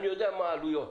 אני יודע מה העלויות,